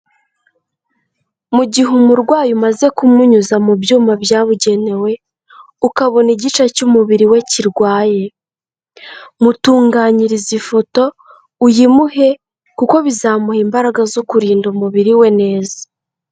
Mu gihe umurwayi umaze kumunyuza mu byuma byabugenewe, ukabona igice cy'umubiri we kirwaye. Mutunganyirize ifoto uyimuhe, kuko bizamuha imbaraga zo kurinda umubiri we neza.